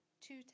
two